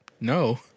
No